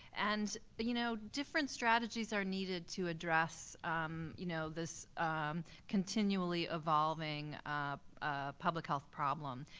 and you know different strategies are needed to address you know this continually evolving public health problem.